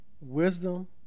Wisdom